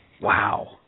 Wow